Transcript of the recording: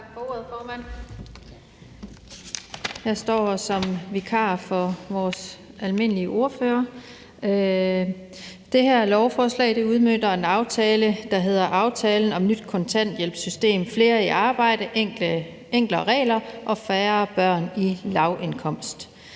Jeg står her som vikar for vores almindelige ordfører. Det her lovforslag udmønter en aftale, der hedder »Aftale om Nyt kontanthjælpssystem – flere i arbejde, enklere regler og færre børn i lavindkomst«.